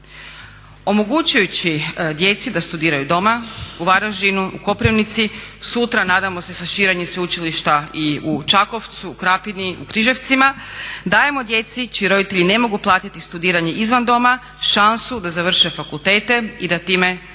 Omogućujući djeci da studiraju doma u Varaždinu, u Koprivnici sutra nadamo se sa širenjem sveučilišta i u Čakovcu, Krapini u Križevcima dajemo djeci čiji roditelji ne mogu platiti studiranje izvan doma šansu da završe fakultete i da time osiguraju